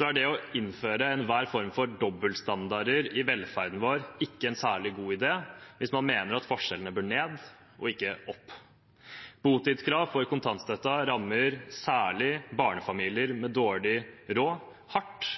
er det å innføre enhver form for dobbeltstandarder i velferden vår ikke en særlig god idé hvis man mener at forskjellene bør ned og ikke opp. Botidskrav for kontantstøtten rammer særlig barnefamilier med dårlig råd hardt